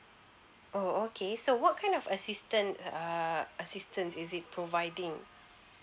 oh okay so what kind of assistant err assistance is it providing